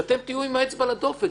שאתם תהיו עם האצבע על הדופק,